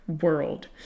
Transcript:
world